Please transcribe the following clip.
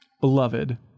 beloved